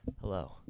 hello